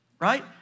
right